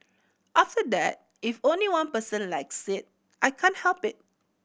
after that if only one person likes it I can't help it